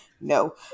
no